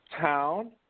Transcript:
town